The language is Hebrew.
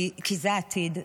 כי זה העתיד,